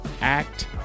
act